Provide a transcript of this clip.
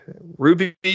Ruby